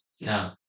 no